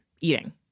eating